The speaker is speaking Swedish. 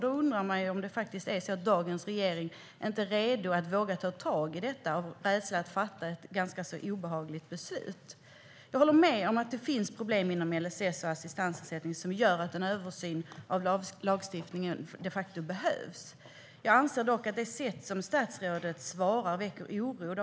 Då undrar man om dagens regering inte är redo och inte vågar ta tag i detta av rädsla för att fatta ett ganska obehagligt beslut. Jag håller med om att det finns problem inom LSS och assistansersättningen som gör att en översyn av lagstiftningen de facto behövs. Jag anser dock att det sätt som statsrådet svarar på väcker oro.